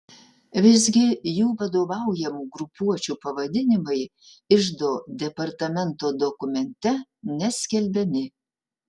visgi jų vadovaujamų grupuočių pavadinimai iždo departamento dokumente neskelbiami